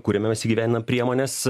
kuriame kuriame mes įgyvendinam priemones